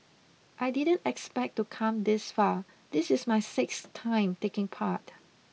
I didn't expect to come this far this is my sixth time taking part